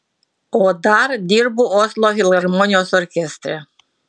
o dar dirbu oslo filharmonijos orkestre